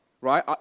Right